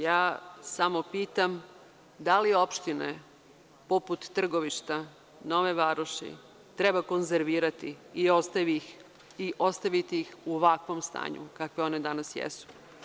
Samo pitam – da li je opštine poput Trgovišta, Nove Varoši treba konzervirati i ostaviti ih u ovakvom stanju u kakvom one danas jesu?